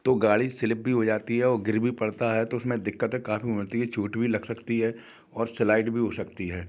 तो गाड़ी स्लिप भी हो जाती है औ गिर भी पड़ता है तो उस में दिक्कतें काफ़ी होती हैं चोट भी लग सकती है और स्लाइड भी हो सकती है